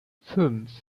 fünf